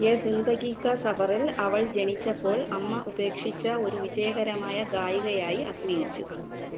യേ സിന്ദഗി കാ സഫറിൽ അവൾ ജനിച്ചപ്പോൾ അമ്മ ഉപേക്ഷിച്ച ഒരു വിജയകരമായ ഗായികയായി അഭിനയിച്ചു